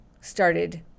started